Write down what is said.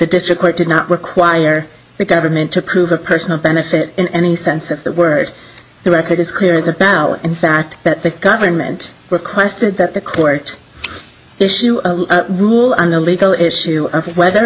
district court did not require the government to prove a person of benefit in any sense of the word the record is clear is a ballot in fact that the government requested that the court issue a rule on the legal issue of whether